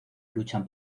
luchan